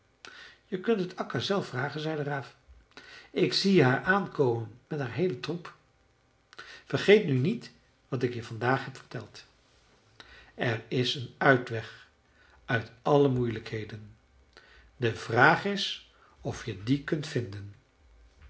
je kunt het akka zelf vragen zei de raaf ik zie haar aankomen met haar heelen troep vergeet nu niet wat ik je vandaag heb verteld er is een uitweg uit alle moeilijkheden de vraag is of je dien kunt vinden